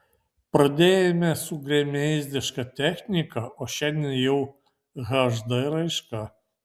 pradėjome su gremėzdiška technika o šiandien jau hd raiška